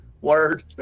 Word